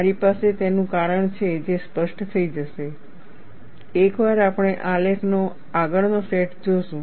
મારી પાસે તેનું કારણ છે જે સ્પષ્ટ થઈ જશે એકવાર આપણે આલેખનો આગળનો સેટ જોશું